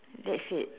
that's it